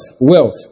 Wealth